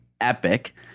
epic